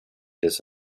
this